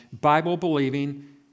Bible-believing